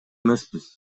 эмеспиз